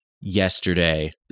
yesterday